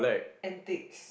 and ticks